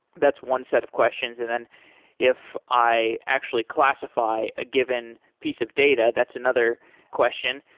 that's one set of questions, and then if i actually classify a given piece of data, that's another question.